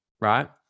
Right